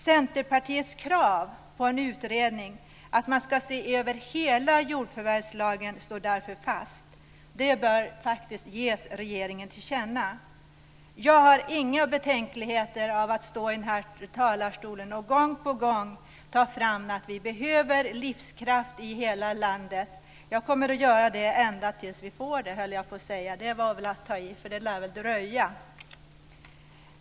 Centerpartiets krav på att hela jordförvärvslagen ska ses över står därför fast, och det kravet bör ges regeringen till känna. Jag har inga betänkligheter mot att från den här talarstolen gång på gång framhålla att vi behöver livskraft i hela landet. Jag höll på att säga att jag kommer att göra det ända tills vi får det, men det är väl att ta i, för det lär dröja.